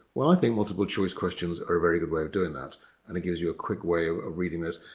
well, i think multiple choice questions are a very good way of doing that and it gives you a quick way of of reading those.